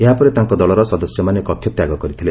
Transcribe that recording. ଏହାପରେ ତାଙ୍କ ଦଳର ସଦସ୍ୟମାନେ କକ୍ଷତ୍ୟାଗ କରିଥିଲେ